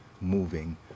moving